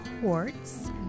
quartz